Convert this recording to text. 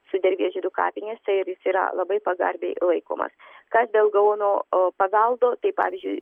sudervės žydų kapinėse ir jis yra labai pagarbiai laikomas kas dėl gaono paveldo tai pavyzdžiui